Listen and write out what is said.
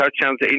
touchdowns